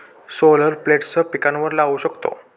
solar plates पिकांवर लाऊ शकतो